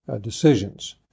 decisions